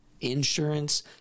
insurance